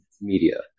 media